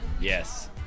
Yes